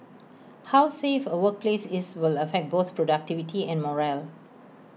how safe A workplace is will affect both productivity and morale